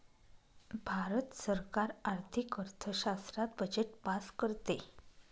भारत सरकार आर्थिक अर्थशास्त्रात बजेट पास करते